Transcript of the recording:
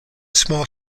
small